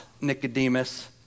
Nicodemus